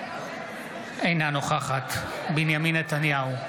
אינה נוכחת בנימין נתניהו,